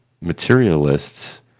materialists